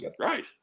Right